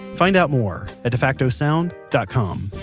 find out more at defacto sound dot com